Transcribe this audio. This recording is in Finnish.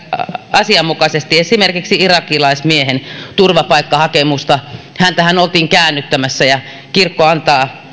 asianmukaisesti esimerkiksi irakilaismiehen turvapaikkahakemusta häntähän oltiin käännyttämässä ja kirkko antaa